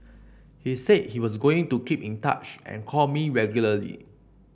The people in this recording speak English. he said that he was going to keep in touch and call me regularly